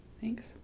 Thanks